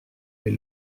les